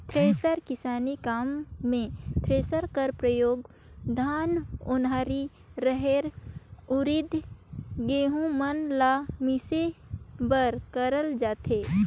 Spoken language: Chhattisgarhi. थेरेसर किसानी काम मे थरेसर कर परियोग धान, ओन्हारी, रहेर, उरिद, गहूँ मन ल मिसे बर करल जाथे